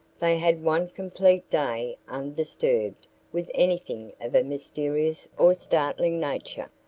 they had one complete day undisturbed with anything of a mysterious or startling nature,